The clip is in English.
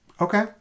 Okay